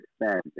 expanding